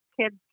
kids